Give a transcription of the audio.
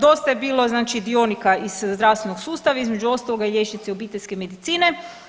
Dosta je bilo, znači dionika iz zdravstvenog sustava, između ostaloga i liječnici obiteljske medicine.